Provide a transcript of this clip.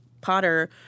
Potter